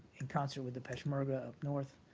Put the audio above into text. in concert with the peshmerga up north.